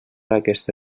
aquesta